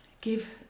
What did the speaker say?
give